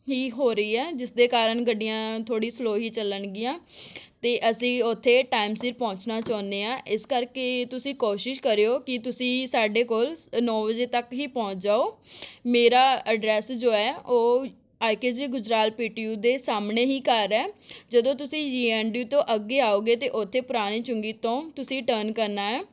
ਹੀ ਹੋ ਰਹੀ ਹੈ ਜਿਸ ਦੇ ਕਾਰਨ ਗੱਡੀਆਂ ਥੋੜ੍ਹੀ ਸਲੋਅ ਹੀ ਚੱਲਣਗੀਆਂ ਅਤੇ ਅਸੀਂ ਉੱਥੇ ਟਾਈਮ ਸਿਰ ਪਹੁੰਚਣਾ ਚਾਹੁੰਦੇ ਹਾਂ ਇਸ ਕਰਕੇ ਤੁਸੀਂ ਕੋਸ਼ਿਸ਼ ਕਰਿਓ ਕਿ ਤੁਸੀਂ ਸਾਡੇ ਕੋਲ ਸ ਨੌ ਵਜੇ ਤੱਕ ਹੀ ਪਹੁੰਚ ਜਾਓ ਮੇਰਾ ਅਡਰੈੱਸ ਜੋ ਹੈ ਉਹ I K J Gujral P T U ਦੇ ਸਾਹਮਣੇ ਹੀ ਘਰ ਹੈ ਜਦੋਂ ਤੁਸੀਂ ਜੀ ਐੱਨ ਡੀ ਯੂ ਤੋਂ ਅੱਗੇ ਆਉਗੇ ਤਾਂ ਉੱਥੇ ਪੁਰਾਣੇ ਝੂੰਗੀ ਤੋਂ ਤੁਸੀਂ ਟਰਨ ਕਰਨਾ ਹੈ